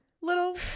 little